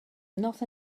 not